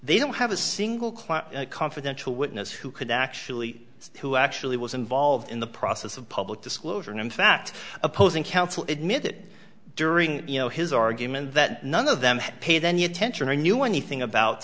they don't have a single client confidential witness who could actually see who actually was involved in the process of public disclosure and in fact opposing counsel admit that during you know his argument that none of them had paid any attention or knew anything about